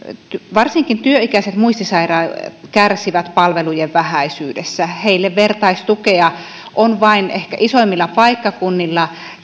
varsinkin työikäiset muistisairaat kärsivät palvelujen vähäisyydestä heille vertaistukea on vain ehkä isoimmilla paikkakunnilla